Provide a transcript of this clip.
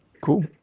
Cool